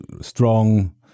strong